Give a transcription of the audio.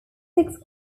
six